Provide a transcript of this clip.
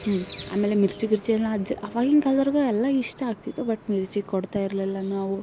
ಹ್ಞೂ ಆಮೇಲೆ ಮಿರ್ಚಿ ಗಿರ್ಚಿಯೆಲ್ಲ ಅಜ್ ಅವಾಗಿನ ಕಾಲ್ದವ್ರ್ಗೆ ಎಲ್ಲ ಇಷ್ಟ ಆಗ್ತಿತ್ತು ಬಟ್ ಮಿರ್ಚಿ ಕೊಡ್ತಾಯಿರಲಿಲ್ಲ ನಾವು